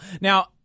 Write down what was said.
Now